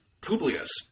Publius